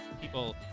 people